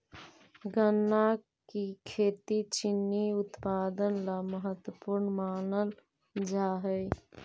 गन्ना की खेती चीनी उत्पादन ला महत्वपूर्ण मानल जा हई